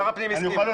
ושר הפנים הסכים.